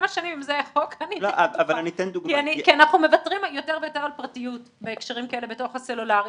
כי אנחנו מוותרים יותר ויותר על פרטיות בהקשרים כאלה בתוך הסלולרי,